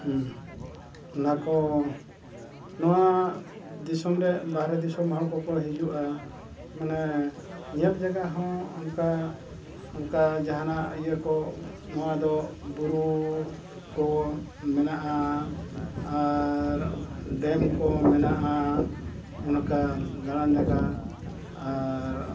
ᱦᱮᱸ ᱚᱱᱟ ᱠᱚ ᱱᱚᱣᱟ ᱫᱤᱥᱚᱢ ᱨᱮ ᱵᱟᱦᱨᱮ ᱫᱤᱥᱚᱢ ᱦᱚᱲ ᱠᱚᱠᱚ ᱦᱤᱡᱩᱜᱼᱟ ᱢᱟᱱᱮ ᱧᱮᱞ ᱡᱟᱭᱜᱟ ᱦᱚᱸ ᱚᱱᱠᱟ ᱚᱱᱠᱟ ᱡᱟᱦᱟᱱᱟᱜ ᱤᱭᱟᱹ ᱠᱚ ᱱᱚᱣᱟ ᱫᱚ ᱵᱩᱨᱩ ᱠᱚ ᱢᱮᱱᱟᱜᱼᱟ ᱟᱨ ᱠᱚ ᱢᱮᱱᱟᱜᱼᱟ ᱚᱱᱠᱟ ᱫᱟᱬᱟᱱ ᱡᱟᱜᱟ ᱟᱨ